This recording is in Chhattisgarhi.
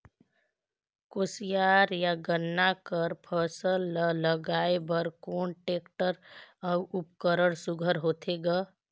कोशियार या गन्ना कर फसल ल लगाय बर कोन टेक्टर अउ उपकरण सुघ्घर होथे ग?